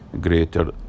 greater